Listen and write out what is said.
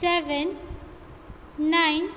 seven nine